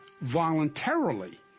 voluntarily